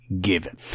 given